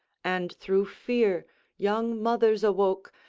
and through fear young mothers awoke,